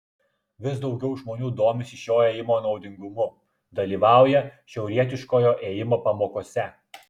vis daugiau žmonių domisi šio ėjimo naudingumu dalyvauja šiaurietiškojo ėjimo pamokose